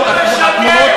אתה משקר,